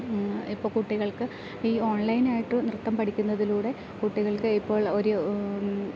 ഇപ്പം കുട്ടികൾക്ക് ഈ ഓൺലൈനായിട്ട് നൃത്തം പഠിക്കുന്നതിലൂടെ കുട്ടികൾക്ക് ഇപ്പോൾ ഒരു